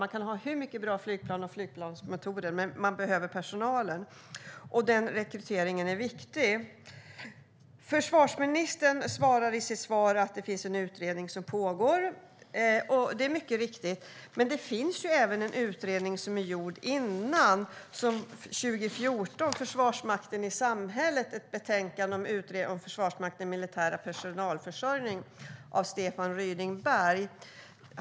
Man kan ha hur många bra flygplan och flygplansmotorer som helst, men man behöver personalen och rekryteringen är viktig. Försvarsministern säger i sitt svar att det pågår en utredning. Så är det mycket riktigt, men det finns även en utredning som är gjord 2014, Försvarsmakten i samhället - en långsiktigt hållbar militär personalförsörjning och en modern folkförankring av försvaret , av Stefan Ryding-Berg.